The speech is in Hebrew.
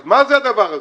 אז מה זה הדבר הזה?